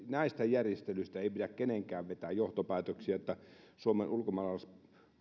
näistä järjestelyistä pidä kenenkään vetää johtopäätöksiä että suomen ulkomaalais